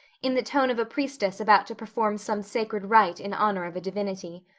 in the tone of a priestess about to perform some sacred rite in honor of a divinity.